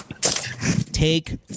Take